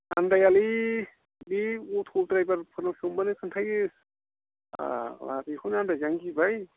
आन्दायालै बि अट' ड्राइभारफोरनाव सोंब्लानो खोन्थायो फाग्ला बेखौनो आन्दायजानो गिबाय